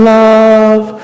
love